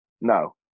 No